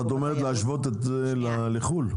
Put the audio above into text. את אומרת להשוות את זה לחו"ל?